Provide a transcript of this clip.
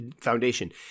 Foundation